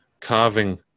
carving